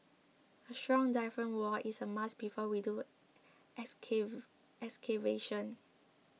a strong diaphragm wall is a must before we do excavation